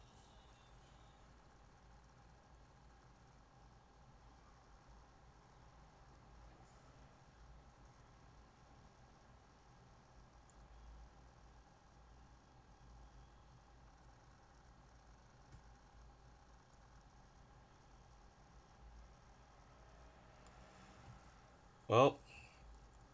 well